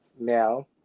Now